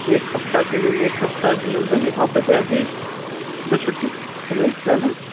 एक सप्ताहके लेल एक सप्ताहके लेल तऽ नहि भऽ पयतै अभी अभी तऽ छुट्टी छलबे कयलै ने